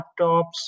laptops